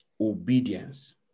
Obedience